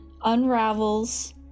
unravels